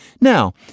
Now